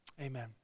Amen